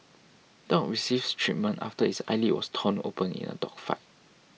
dog receives treatment after its eyelid was torn open in a dog fight